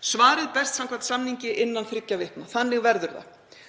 Svarið berst samkvæmt samningi innan þriggja vikna. Þannig verður það.